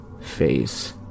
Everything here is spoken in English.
face